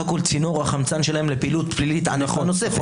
הכול צינור החמצן שלהם לפעילות פלילית ענפה נוספת.